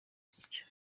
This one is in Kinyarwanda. icyo